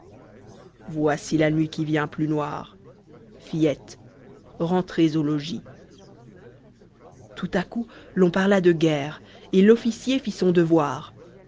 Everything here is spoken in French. voici la nuit tout-à-coup l'on parla de guerre et l'officier fit son devoir